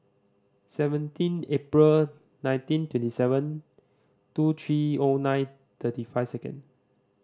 seventeen April nineteen twenty seven two three O nine thirty five second